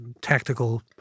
tactical